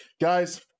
Guys